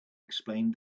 explained